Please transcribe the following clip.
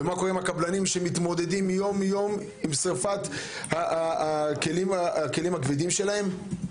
ומה קורה עם הקבלנים שמתמודדים יום יום עם שריפת הכלים הכבדים שלהם?